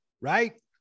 right